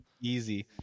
Easy